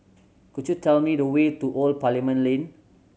could you tell me the way to Old Parliament Lane